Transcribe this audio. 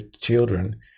children